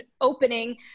opening